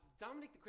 Dominic